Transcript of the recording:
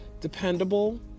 dependable